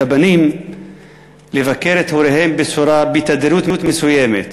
הבנים לבקר את הוריהם בתדירות מסוימת.